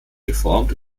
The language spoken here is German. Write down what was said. geformt